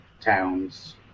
towns